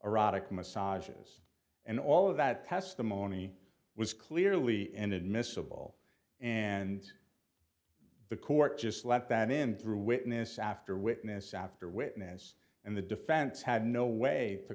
erotic massages and all of that testimony was clearly inadmissible and the court just let that in through witness after witness after witness and the defense had no way t